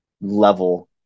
level